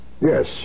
Yes